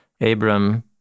Abram